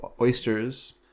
oysters